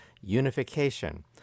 unification